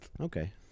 Okay